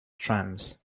trams